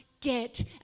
get